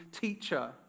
teacher